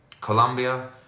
Colombia